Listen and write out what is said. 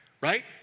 right